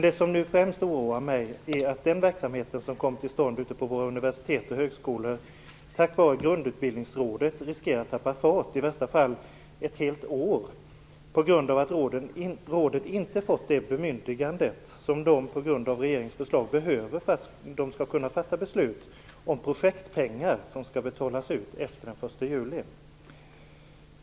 Det som främst oroar mig är att den verksamhet som kom till stånd ute på våra universitet och högskolor, tack vare grundutbildningsrådet, riskerar att tappa fart - i värsta fall handlar det om ett helt år. Så kan det bli eftersom rådet inte har fått det bemyndigade som man på grund av regeringens förslag behöver för att man skall kunna fatta beslut om projektpengar som skall betalas ut efter den 1 juli.